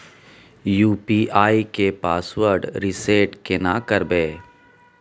UPI के password reset केना करबे?